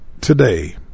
today